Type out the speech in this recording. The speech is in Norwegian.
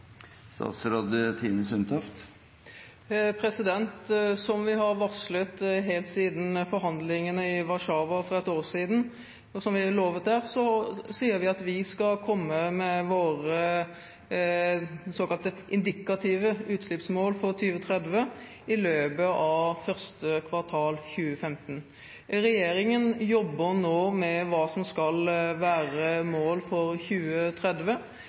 Som vi har varslet helt siden forhandlingene i Warszawa for ett år siden, og som vi lovet der, sier vi at vi skal komme med våre såkalte indikative utslippsmål for 2030 i løpet av første kvartal 2015. Regjeringen jobber nå med hva som skal være mål for 2030.